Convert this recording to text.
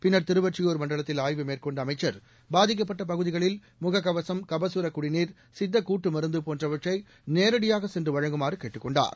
பின்னா் திருவொற்றியூர் மண்டலத்தில் ஆய்வு மேற்கொண்ட அமைச்சா் பாதிக்கப்பட்ட பகுதிகளில் முக கவசம் கபகர குடிநீர் சித்த கூட்டு மருந்து போன்றவற்றை நேரடியாக சென்று வழங்குமாறு கேட்டுக் கொண்டார்